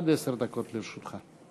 עד עשר דקות לרשותך.